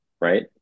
right